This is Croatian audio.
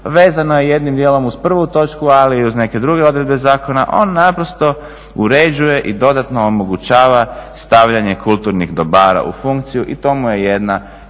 vezano je jednim dijelom uz prvu točku, ali i uz neke druge odredbe zakona, on naprosto uređuje i dodatno omogućava stavljanje kulturnih dobara u funkciju i to mu je jedna